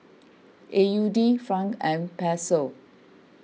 A U D Franc and Peso